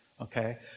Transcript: Okay